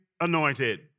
anointed